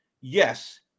Yes